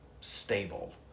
stable